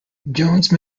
jonze